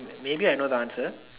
maybe I know the answer